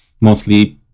mostly